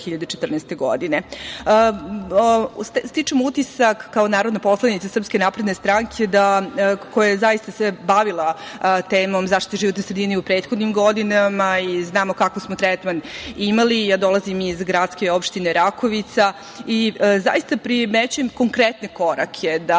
2014. godine. Stičem utisak, kao narodna poslanica SNS koja se zaista bavila temom zaštitom životne sredine i u prethodnim godinama i znamo kako smo tretman imali, ja dolazim iz gradske opštine Rakovica, zaista primećujem konkretne korake da